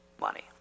money